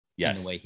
Yes